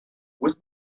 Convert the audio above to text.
was